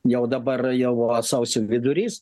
jau dabar jau sausio vidurys